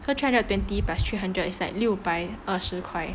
so three hundred and twenty plus three hundred is like 六百二十块